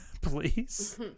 please